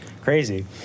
crazy